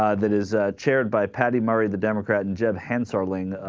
ah that is ah. chaired by patty murray the democrat and japan starling ah.